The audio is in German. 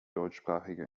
deutschsprachige